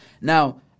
Now